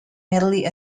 merely